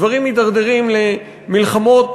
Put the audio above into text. דברים מידרדרים למלחמות,